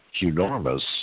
enormous